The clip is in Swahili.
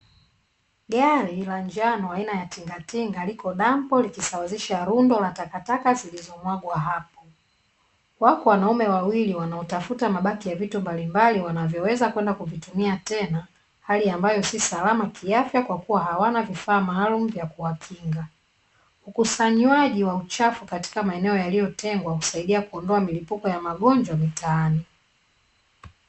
Gari ya njano aina ya tingatinga liko dampo likisawazisha rundo la takataka zilizomwagwa hapo. Wako wanaume wawili wanaotafuta mabaki ya vitu mbalimbali, wanavyoweza kwenda kuvitumia tena, hali ambayo si salama kiafya kwa kuwa hawana vifaa maalumu vya kuwakinga. Ukusanywaji wa uchafu katika maeneo yaliyotengwa, husaidia kuondoa milipuko ya magonjwa mitaani.